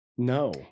No